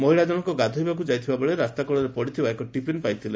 ମହିଳାଜଶଙ୍କ ଗାଧୋଇବାକୁ ଯାଇଥିବାବେଳେ ରାସ୍ତାକଡ଼ରେ ପଡିଥିବା ଏକ ଟିଫିନ ପାଇଥିଲେ